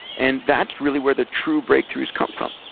and that's really where the true breakthroughs come from.